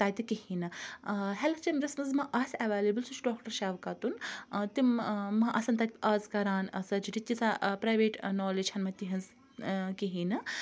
تَتہِ کِہیٖنۍ نہٕ ہیٚلِتھ چیمبَرس مَنٛز ما آسہِ اَویٚلیبل سُہ چھُ ڈاکٹَر شَوکَتُن تِم ما آسان تَتہِ آز کَران سرجِری تیٖژاہ پرَیویٹ نولیج چھَنہٕ مےٚ تِہِنٛز کِہیٖنۍ نہٕ